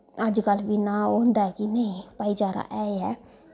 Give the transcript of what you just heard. अजकल बी ओह् होंदा ऐ कि नेईं भाईचारा है ऐ